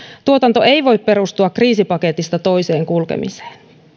tuotanto ei voi perustua kriisipaketista toiseen kulkemiseen